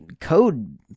code